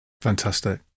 Fantastic